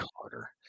carter